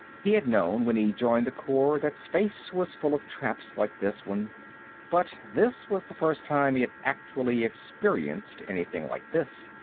he had known, when he joined the corps, that space was full of traps like this one but this was the first time he had actually experienced anything like this.